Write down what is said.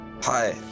Hi